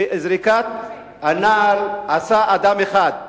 שאת זריקת הנעל עשה אדם אחד,